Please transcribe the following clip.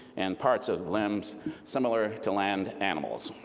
and parts of limbs similar to land animals.